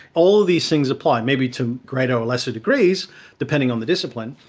all these things apply, maybe to greater or lesser degrees depending on the discipline,